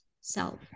self